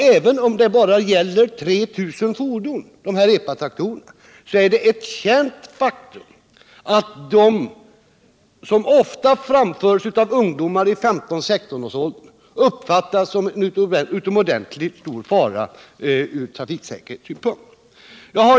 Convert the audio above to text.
Även om det bara gäller 3 000 epatraktorer, är det ett känt faktum att de, eftersom de ofta framförs av ungdomar i 15-16-årsåldern, uppfattas som en utomordentligt stor fara från trafiksäkerhetssynpunkt.